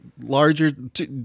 larger